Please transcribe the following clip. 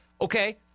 Okay